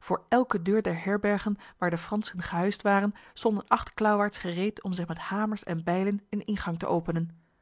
voor elke deur der herbergen waar de fransen gehuisd waren stonden acht klauwaards gereed om zich met hamers en bijlen een ingang te openen